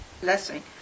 blessing